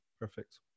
Perfect